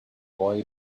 boy